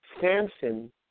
Samson